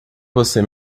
você